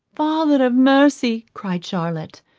father of mercy, cried charlotte,